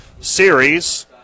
series